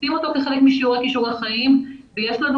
עושים אותו כחלק משיעור כישורי חיים ויש לנו